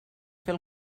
fer